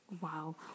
Wow